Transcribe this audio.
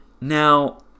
now